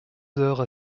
heures